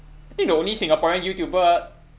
I think the only singaporean youtuber